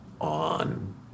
on